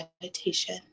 meditation